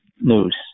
news